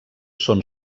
són